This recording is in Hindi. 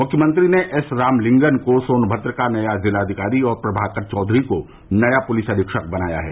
मुख्यमंत्री ने एस रामलिंगम को सोनभद्र का नया जिलाधिकारी और प्रभाकर चौधरी को नया पुलिस अधीक्षक बनाया है